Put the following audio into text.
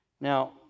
Now